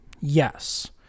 yes